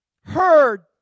heard